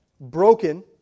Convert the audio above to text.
broken